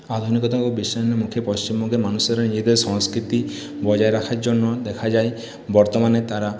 আধুনিকতা ও বিশ্বায়নের মুখে পশ্চিমবঙ্গের মানুষেরা নিজেদের সংস্কৃতি বজায় রাখার জন্য দেখা যায় বর্তমানে তারা